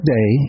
Day